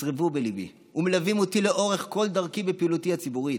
נצרבו בליבי ומלוות אותי לאורך כל דרכי בפעילותי הציבורית.